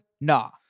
Nah